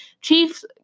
Chiefs